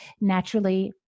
naturally